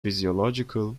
physiological